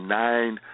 nine